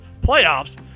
playoffs